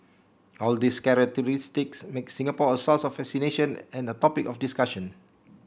all these characteristics make Singapore a source of fascination and a topic of discussion